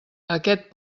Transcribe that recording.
aquest